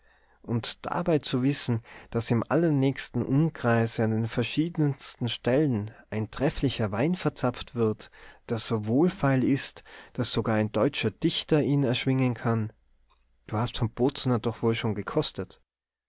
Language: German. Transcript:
und dabei zu wissen daß im allernächsten umkreise an den verschiedensten stellen ein trefflicher wein verzapft wird der so wohlfeil ist daß sogar ein deutscher dichter ihn erschwingen kann du hast vom bozener doch wohl schon gekostet